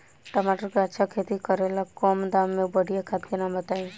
टमाटर के अच्छा खेती करेला कम दाम मे बढ़िया खाद के नाम बताई?